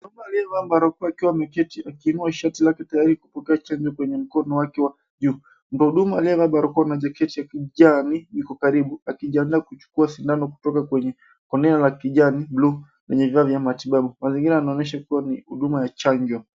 Hapa aliyevaa barakoa akiwa ameketi akiinua shati lake tayari kupokea chanjo kwenye mkono wake uliyo juu. Mtu wa huduma aliyevaa barakoa na jaketi ya kijani yuko karibu akijiandaa kuchukua sindano kutoka kwenye koneo la kijani buluu kwenye vifaa vya matibabu. Mazingira yanaonyesha kuwa ni huduma ya chanjo.